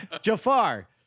jafar